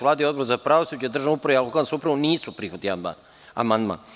Vlada i Odbor za pravosuđe, državnu upravu i lokalnu samoupravu nisu prihvatili amandman.